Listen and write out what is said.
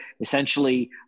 essentially